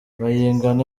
bayingana